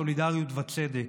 סולידריות וצדק.